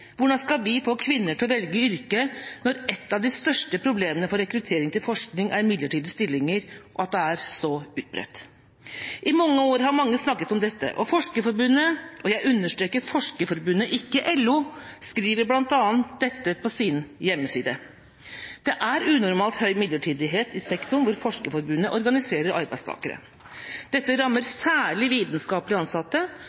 Hvordan skal vi få kvinner til å velge yrket når et av de største problemene for rekruttering til forskning er midlertidige stillinger og at det er så utbredt? I mange år har mange snakket om dette, og Forskerforbundet – og jeg understreker: Forskerforbundet, ikke LO! – skriver bl.a. dette på sin hjemmeside: «Det er unormalt høy midlertidighet i sektorer hvor Forskerforbundet organiserer arbeidstakere. Dette rammer særlig vitenskapelig ansatte,